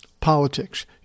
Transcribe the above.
politics